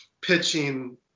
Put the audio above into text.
pitching